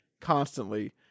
constantly